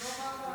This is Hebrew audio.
היושב-ראש,